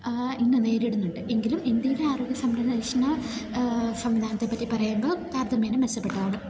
ഇന്ന് നേരിടുന്നുണ്ട് എങ്കിലും ഇന്ത്യയിലെ ആരോഗ്യ സംരക്ഷണ സംവിധാനത്തെപ്പറ്റി പറയുമ്പോൾ താരതമ്യേന മെച്ചപ്പെട്ടാണ്